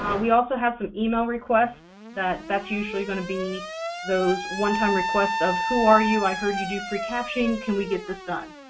we also have an email requests. that's usually going to be those one-time requests of, who are you? i heard you do free captioning. can we get this done?